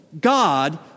God